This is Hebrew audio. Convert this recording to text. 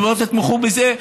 ובואו תתמכו בזה,